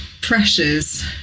pressures